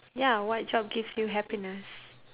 ya what job gives you happiness